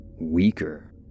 weaker